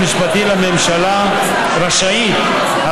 הוועדה רשאית,